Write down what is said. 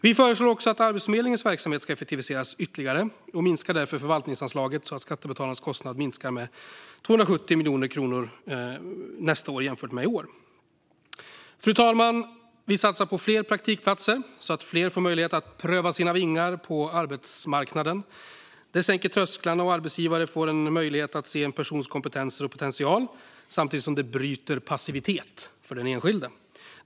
Vi föreslår också att Arbetsförmedlingens verksamhet ska effektiviseras ytterligare och minskar därför förvaltningsanslaget så att skattebetalarnas kostnad minskar med 270 miljoner kronor nästa år jämfört med i år. Fru talman! Vi satsar på fler praktikplatser, så att fler får möjlighet att pröva sina vingar på arbetsmarknaden. Det sänker trösklarna, och arbetsgivare får en möjlighet att se en persons kompetenser och potential. Samtidigt bryter det passiviteten för den enskilda.